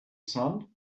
sun